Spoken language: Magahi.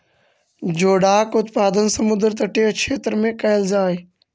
जोडाक उत्पादन समुद्र तटीय क्षेत्र में कैल जा हइ